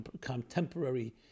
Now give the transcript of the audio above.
contemporary